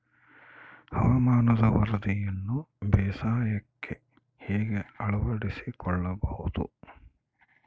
ಹವಾಮಾನದ ವರದಿಯನ್ನು ಬೇಸಾಯಕ್ಕೆ ಹೇಗೆ ಅಳವಡಿಸಿಕೊಳ್ಳಬಹುದು?